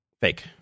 Fake